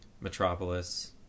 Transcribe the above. metropolis